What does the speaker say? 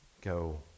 go